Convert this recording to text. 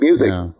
music